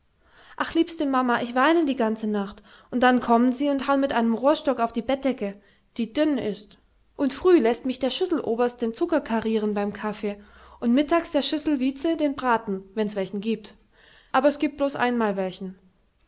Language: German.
ach liebste mamma ich weine die ganze nacht und dan kommen sie und haun mit einem rohrstock auf die bettdecke die dinne ist und früh läßt mich der schüsseloberst den zucker karieren beim kaffe und mittags der schisselvice den braten wen's welchen gibt aber's giebt blos einmal welchen